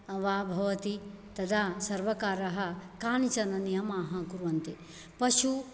वा भवति तदा सर्वकारः कानिचन नियमाः कुर्वन्ति पशु